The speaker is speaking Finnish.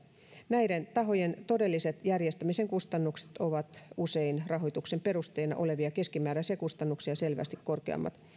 näiden tahojen todelliset järjestämisen kustannukset ovat usein rahoituksen perusteena olevia keskimääräisiä kustannuksia selvästi korkeammat